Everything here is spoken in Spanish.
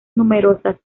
numerosas